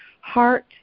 heart